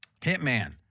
Hitman